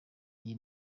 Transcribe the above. iyi